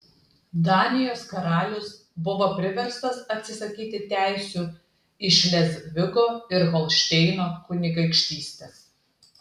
danijos karalius buvo priverstas atsisakyti teisių į šlezvigo ir holšteino kunigaikštystes